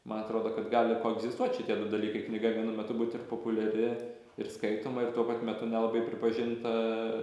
man atrodo kad gali koegzistuot šitie du dalykai knyga vienu metu būt ir populiari ir skaitoma ir tuo pat metu nelabai pripažinta